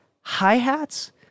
hi-hats